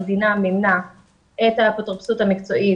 המדינה מימנה את האפוטרופסות המקצועית